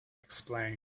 explain